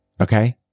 okay